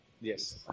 Yes